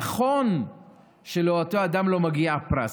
נכון שלאותו אדם לא מגיע פרס,